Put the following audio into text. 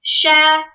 share